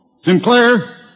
Sinclair